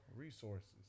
Resources